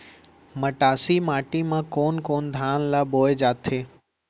मटासी माटी मा कोन कोन धान ला बोये जाथे?